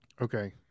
okay